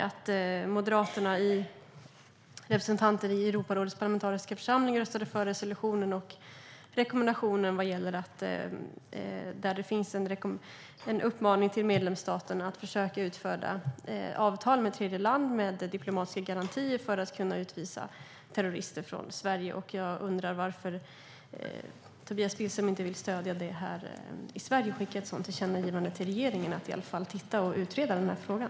De moderata representanterna i Europarådets parlamentariska församling röstade för resolutionen och rekommendationen, där det finns en uppmaning till medlemsstaterna att försöka utfärda avtal med tredjeland med diplomatiska garantier för att kunna utvisa terrorister från Sverige. Jag undrar varför Tobias Billström inte vill stödja det i Sverige och skicka ett tillkännagivande till regeringen om att i alla fall titta på och utreda den frågan.